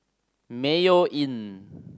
Mayo Inn